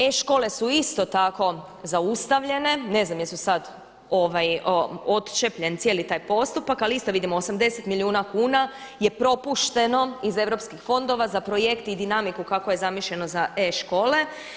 E-škole su isto tako zaustavljene, ne znam jesu li sad, odčepljen cijeli taj postupak ali isto vidimo 80 milijuna kuna je propušteno iz europskih fondova za projekt i dinamiku kako je zamišljeno za e-škole.